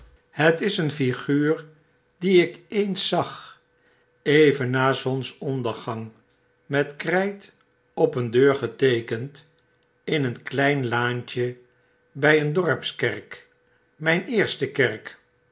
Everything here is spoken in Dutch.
het is een figuur die ik eens zag even na zonsondergang met krijt op een deur geteekend in een klein laantje by een dorpskerk myn eerste kerk